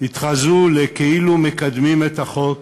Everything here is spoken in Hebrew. התחזו לכאילו-מקדמים את החוק